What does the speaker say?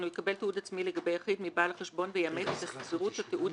מיום השינוי או עד 31 בדצמבר בשנה שבה התרחש השינוי,